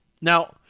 Now